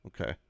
Okay